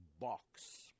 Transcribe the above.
Box